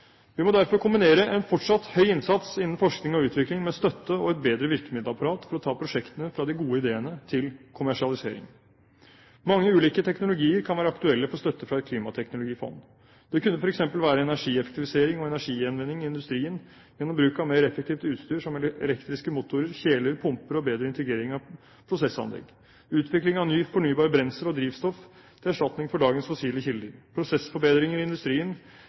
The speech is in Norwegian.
Vi må derfor kombinere en fortsatt høy innsats innen forskning og utvikling med støtte og et bedre virkemiddelapparat for å ta prosjektene fra de gode ideene til kommersialisering. Mange ulike teknologier kan være aktuelle for støtte fra et klimateknologifond. Det kunne f.eks. være energieffektivisering og energigjenvinning i industrien gjennom bruk av mer effektivt utstyr som elektriske motorer, kjeler, pumper og bedre integrering av prosessanlegg, utvikling av nytt fornybart brensel og drivstoff til erstatning for dagens fossile kilder, prosessforbedringer i industrien